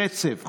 ברצף,